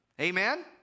Amen